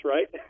Right